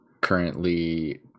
currently